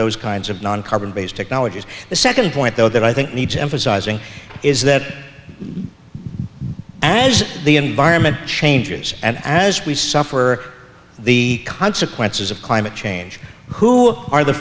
those kinds of non carbon based technologies the second point though that i think needs emphasizing is that as the environment changes and as we suffer the consequences of climate change who are the